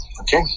okay